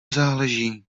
záleží